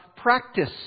practice